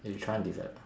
they try to develop